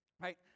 right